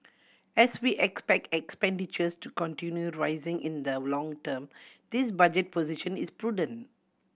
as we expect expenditures to continue rising in the long term this budget position is prudent